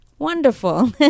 Wonderful